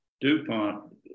DuPont